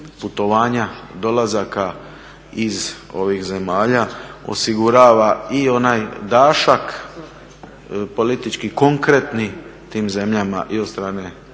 putovanja, dolazaka iz ovih zemalja osigurava i onaj dašak politički konkretni tim zemljama i od strane